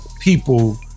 people